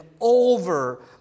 over